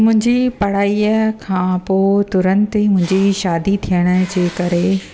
मुंहिंजी पढ़ाईअ खां पोइ तुरंत ई मुंहिंजी शादी थियण जे करे